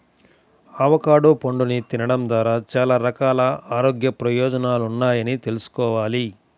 avocado పండుని తినడం ద్వారా చాలా రకాల ఆరోగ్య ప్రయోజనాలున్నాయని తెల్సుకోవాలి